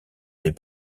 des